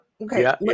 okay